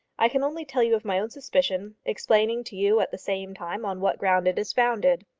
i can only tell you of my own suspicion, explaining to you at the same time on what ground it is founded.